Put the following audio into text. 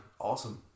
awesome